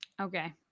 Okay